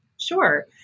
Sure